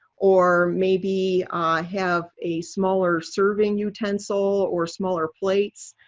or maybe have a smaller serving utensil, or smaller plates.